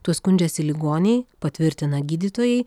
tuo skundžiasi ligoniai patvirtina gydytojai